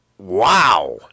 Wow